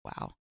Wow